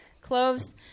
Cloves